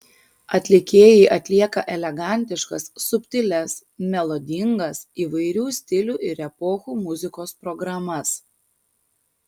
atlikėjai atlieka elegantiškas subtilias melodingas įvairių stilių ir epochų muzikos programas